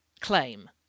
claim